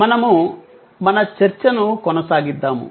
మనము మన చర్చను కొనసాగిద్దాము